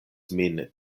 min